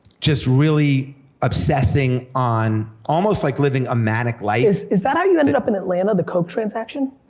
just really obsessing on, almost like living a manic life. is that how you ended up in atlanta, the coke transaction?